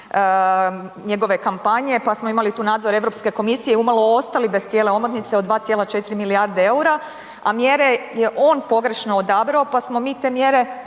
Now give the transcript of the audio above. njegove kampanje pa smo imali tu nadzor Europske komisije i umalo ostali bez cijele omotnice od 2,4 milijarde eura, a mjere je on pogrešno odabrao pa smo mi te mjere